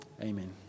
Amen